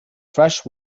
fresh